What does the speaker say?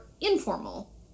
informal